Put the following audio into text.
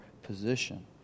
position